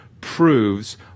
proves